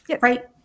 Right